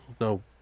no